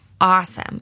awesome